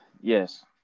Yes